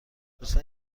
لطفا